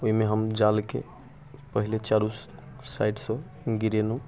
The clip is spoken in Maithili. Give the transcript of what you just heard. ओइमे हम जालके पहिले चारू साइडसँ गिरेलहुँ